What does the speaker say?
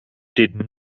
did